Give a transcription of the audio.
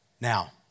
Now